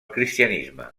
cristianisme